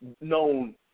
known